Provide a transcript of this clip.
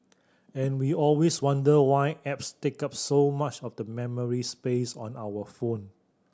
and we always wonder why apps take up so much of the memory space on our phone